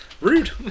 Rude